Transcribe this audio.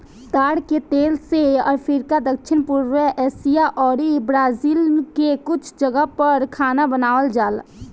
ताड़ के तेल से अफ्रीका, दक्षिण पूर्व एशिया अउरी ब्राजील के कुछ जगह पअ खाना बनावल जाला